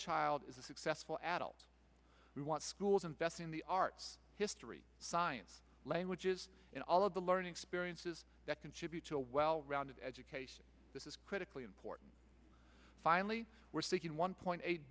child is a successful adult we want schools invest in the arts history science languages in all of the learning experiences that contribute to a well rounded education this is critically important finally we're seeking one point eight